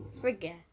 Forget